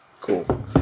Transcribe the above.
cool